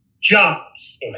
jobs